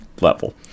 level